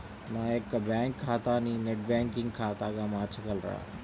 నా యొక్క బ్యాంకు ఖాతాని నెట్ బ్యాంకింగ్ ఖాతాగా మార్చగలరా?